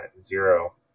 zero